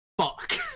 fuck